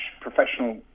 professional